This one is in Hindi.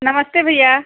नमस्ते भैया